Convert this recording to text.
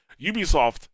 Ubisoft